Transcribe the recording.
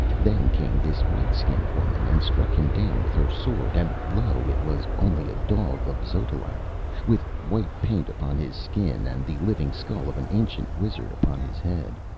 then came this white-skinned woman and struck him down with her sword and lo, it was only a dog of xotalanc with white paint upon his skin and the living skull of an ancient wizard upon his head!